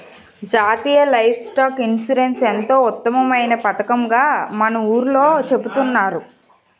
జాతీయ livestock insurance ఎంతో ఉత్తమమైన పదకంగా మన ఊర్లో చెబుతున్నారు